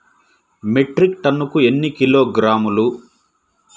Metric టన్నుకు ఎన్ని కిలోగ్రాములు?